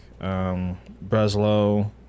Breslow –